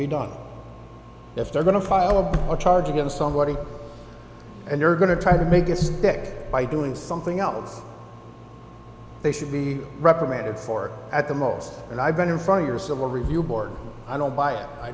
be done if they're going to file a charge against somebody and they're going to try to make this pick by doing something else they should be reprimanded for at the most and i've been following your civil review board i don't buy it i